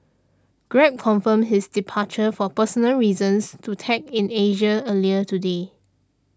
grab confirmed his departure for personal reasons to Tech in Asia earlier today